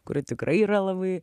kuri tikrai yra labai